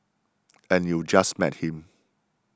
and you just met him